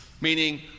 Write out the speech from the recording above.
Meaning